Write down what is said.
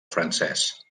francès